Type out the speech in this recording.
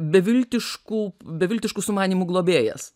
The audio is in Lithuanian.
beviltiškų beviltiškų sumanymų globėjas